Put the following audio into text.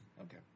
Okay